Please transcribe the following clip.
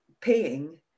paying